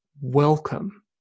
Welcome